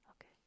Okay